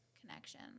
connection